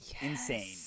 insane